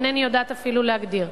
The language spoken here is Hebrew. אינני יודעת אפילו להגדיר.